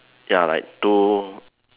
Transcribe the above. ya like two